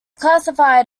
classified